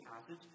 passage